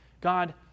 God